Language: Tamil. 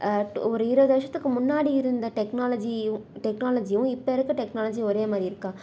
ஒரு இருபது வருஷத்துக்கு முன்னாடி இருந்த டெக்னாலஜியும் டெக்னாலஜியும் இப்போ இருக்கற டெக்னாலஜி ஒரே மாதிரி இருக்கா